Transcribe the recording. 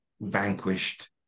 vanquished